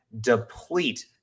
deplete